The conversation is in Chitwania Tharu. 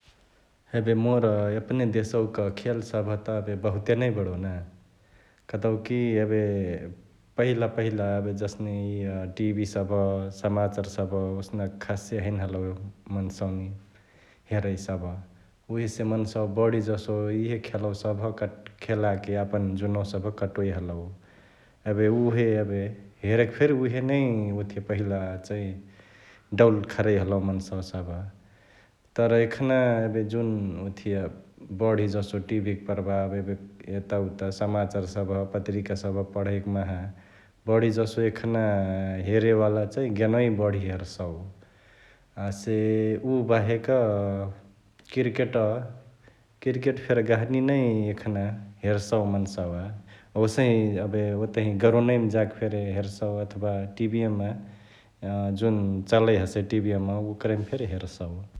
एबे मोर यपने देशवा क खेल सभ त एबे बहुते नै बडउ ना कतउ की एबे पहिला पहिला एबे जसने इअ टि.भी. सभ, समाचार सभ ओसनक खासे हैने हलउ यहवा मन्सवानी हेरै सभ । उहेसे मन्सवासभ बढी जसो इहे खेलवा सभ खेलाके एपान जुनवा सभ कटोइ हलउ । एबे उहे एबे हेरेके फेरी उहेनै ओथिया पहिला चैं डौल खरई हलउ मन्सवा सभ तर एखना एबे जुन ओथिया बढी जसो टि. भी. क प्रभाव एबे एता उता समाचार सभ, पत्रीका सभ पढईक माहा बढी जसो एखना हेरेवाला चैं गेनओई बढी हेरसउ । हसे उ बाहेक क्रीकेट ,क्रीकेट फेरी गहनी नै यखना हेरसउ मन्सवा ।ओसही एबे ओतही गरोनवा मै जाके फेरी हेरसउ अथवा टि.भी.या मा ,जुन चलई हसै टि.भी.या मा ओकरहिमा फेरी हेरसउ ।